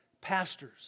pastors